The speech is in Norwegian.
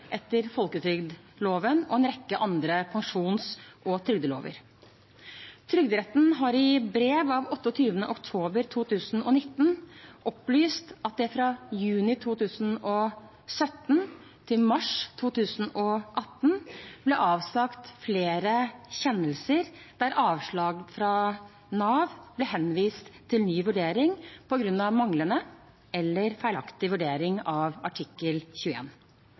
etter folketrygdloven og en rekke andre pensjons- og trygdelover. Trygderetten har i brev av 28. oktober 2019 opplyst at det fra juni 2017 til mars 2018 ble avsagt flere kjennelser der avslag fra Nav ble henvist til ny vurdering på grunn av manglende eller feilaktig vurdering av artikkel